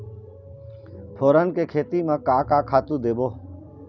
फोरन के खेती म का का खातू देबो?